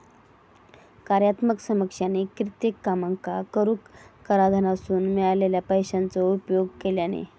कार्यात्मक समकक्षानी कित्येक कामांका करूक कराधानासून मिळालेल्या पैशाचो उपयोग केल्यानी